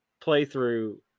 playthrough